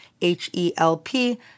H-E-L-P